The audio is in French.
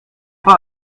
pas